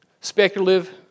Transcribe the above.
speculative